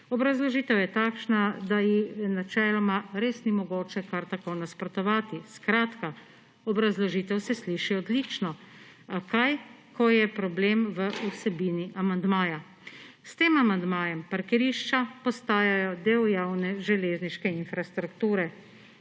Obrazložitev je takšna, da ji načeloma res ni mogoče kar tako nasprotovati. Skratka, obrazložitev se sliši odlično, a kaj, ko je problem v vsebini amandmaja. S tem amandmajem parkirišča postajajo del javne železniške infrastrukture.